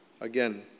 again